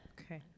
Okay